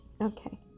Okay